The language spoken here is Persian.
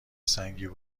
سنگ